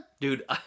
Dude